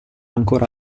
ancora